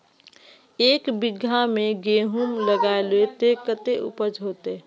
एक बिगहा में गेहूम लगाइबे ते कते उपज होते?